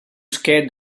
scared